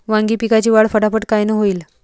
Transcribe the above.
वांगी पिकाची वाढ फटाफट कायनं होईल?